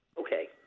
Okay